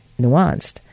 nuanced